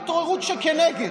אבל איפה ההתעוררות שכנגד?